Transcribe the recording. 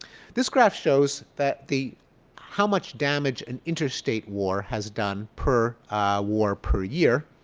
this graph shows that the how much damage an interstate war has done per war per year